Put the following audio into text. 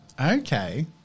Okay